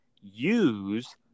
use